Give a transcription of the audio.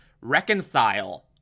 reconcile